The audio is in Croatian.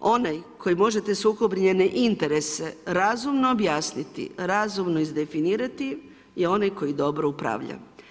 onaj koji može te sukobljene interese razumno objasniti, razumno izdefinirati je onaj koji dobro upravlja.